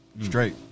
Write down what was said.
straight